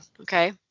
Okay